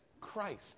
Christ